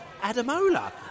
Adamola